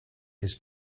his